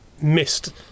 missed